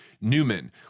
Newman